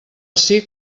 ací